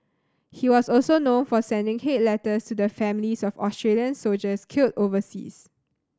he was also known for sending hate letters to the families of Australian soldiers killed overseas